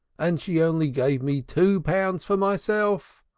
and she only gave me two pounds for myself.